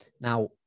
Now